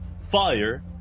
fire